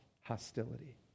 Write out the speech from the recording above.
hostility